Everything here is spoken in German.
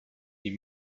die